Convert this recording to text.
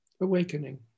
awakening